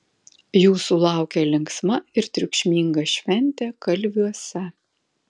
jūsų laukia linksma ir triukšminga šventė kalviuose